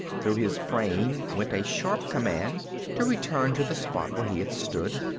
through his brain went a sharp command to return to the spot where he had stood,